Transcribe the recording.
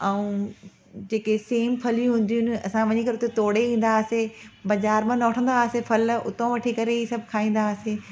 ऐं जेके सेम फ़लियूं हूंदियूं आहिनि असां वञी करे उते तोड़े ईंदा हुआसीं बाज़ारि मां न वठंदा हुआसीं फ़ल उतां वठी करे सभ खाईंदा हुआसीं